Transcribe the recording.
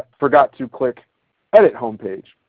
forgot to click edit home page.